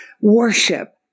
worship